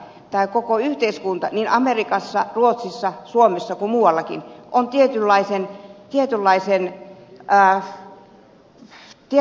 tämä koko yhteiskunta niin amerikassa ruotsissa suomessa kuin muuallakin on tietynlaisessa kulminaatiopisteessä